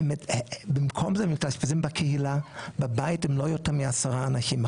ובמקום זה הם מתאשפזים בקהילה בבית הם לא יותר מעשרה אנשים.